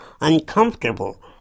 uncomfortable